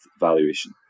valuation